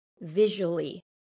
visually